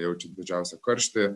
jaučia didžiausią karštį